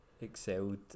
excelled